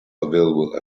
available